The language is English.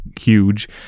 huge